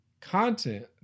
content